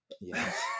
Yes